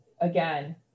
again